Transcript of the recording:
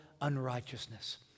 unrighteousness